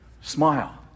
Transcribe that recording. Smile